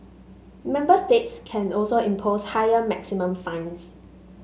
member states can also impose higher maximum fines